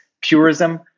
purism